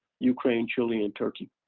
ukraine, chile, and turkey.